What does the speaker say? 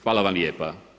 Hvala vam lijepa.